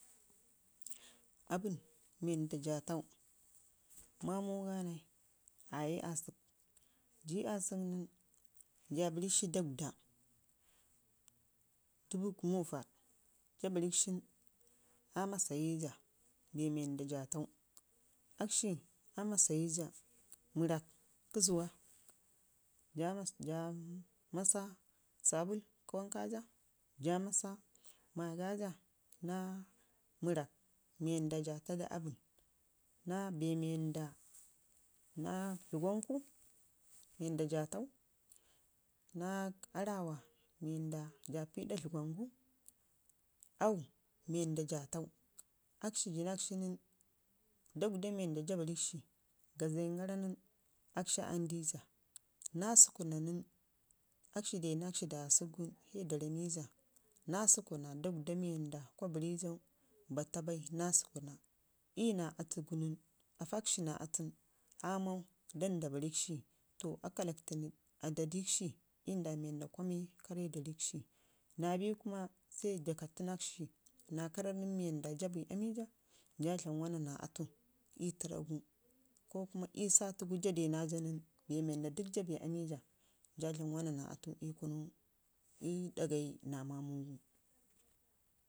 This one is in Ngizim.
aabən wanda jata mamuga nai aye asək jii aasək nən jaa barrikshi dagada dubu gumu vaɗ jaa barrikshi nən aa masaye jaa bee wanda jaa tau akshi aa masayeja mərrak kə zuwa kaa massa sabul kə wankaja jaa massa magaja naa mərrak mii wanda jaa taddu aabən naa bee mii wanda naa dləgonku wanda jaa tau, naa aarrawa mi wanda jaa pii ii ɗa aabəngu aau mii wanda jaa tau akshi jinakshi nən dagda wanda jaa barrikshi gazən gara nən akshi aa nii disa naa bəkkuna nən, akshi denakshi da aasəkgun sai da ramija naa səkkuna dagda mii wanda kwa barrija iyu naa ata nən, ko aafakshi na atu nən aamau danda barnikshi to a kallaktima adadikshi ii ndawa mii kwa mee karre da əikshi naa bin kuma sai dakacbi nakshi naa karrenrin mii wanda saa bee ii aamija jaa dlam wanna naa atu ii tərragu ko kuma ii satigu jaa de naaja nən bee wanda dək jaa bee ii aamija jaa dlam wanna naa ata ii ɗa gayi na mamu gu.